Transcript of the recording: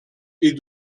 est